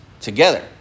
together